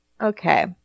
Okay